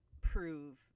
prove